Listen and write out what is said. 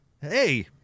Hey